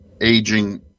aging